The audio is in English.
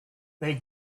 they